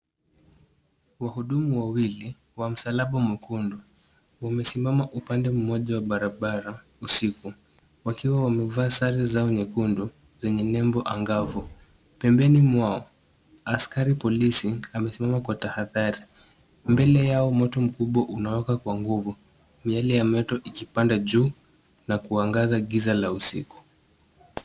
Wahudumu wawili wa msalaba mwekundu, wamesimama upande mmoja wa barabara usiku wakiwa wamevaa sare zao nyekundu zenye nembo angavu. Pembeni mwao, askari polisi amesimama kwa tahadhari. Mbele yao, moto mkubwa unawaka kwa nguvu, miale ya moto ikipanda juu na kuangaza giza la usiku.